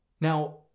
Now